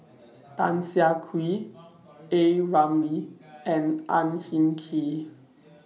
Tan Siah Kwee A Ramli and Ang Hin Kee